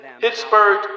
Pittsburgh